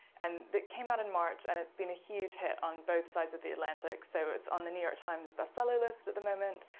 and it came out in march, and it's been a huge hit on both sides of the atlantic. so it's on the new york times bestseller list at the moment.